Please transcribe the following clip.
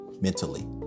mentally